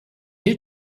you